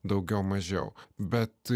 daugiau mažiau bet